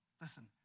Listen